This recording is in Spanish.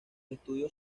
estudios